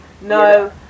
No